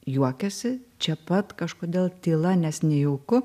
juokiasi čia pat kažkodėl tyla nes nejauku